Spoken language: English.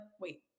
wait